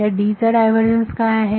तर ह्या D चा ड्रायव्हर्जन्स काय आहे